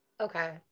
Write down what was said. Okay